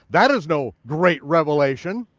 that is no great revelation.